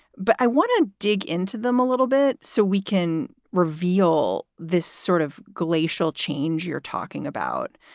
but i want to dig into them a little bit so we can reveal this sort of glacial change you're talking about.